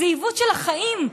זה עיוות של החיים,